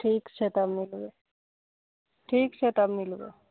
ठीक छै तब मिलबै ठीक छै तब मिलबै